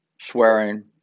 swearing